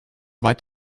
weit